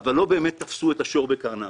אבל לא באמת תפסו את השור בקרניו.